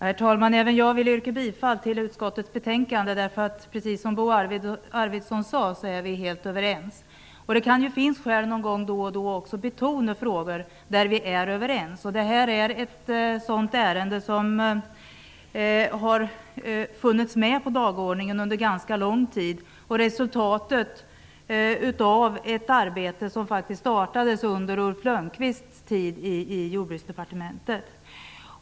Herr talman! Även jag vill yrka bifall till utskottets hemställan. Precis som Bo Arvidson sade, är vi helt överens. Kanske finns det skäl att någon gång också betona frågor där vi är överens. Detta är ett sådant ärende, och det har funnits med på dagordningen under ganska lång tid. Det är resultatet av ett arbete som startades under Ulf Lönnqvists tid i Jordbruksdepartementet.